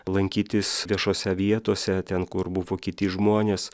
lankytis viešose vietose ten kur buvo kiti žmonės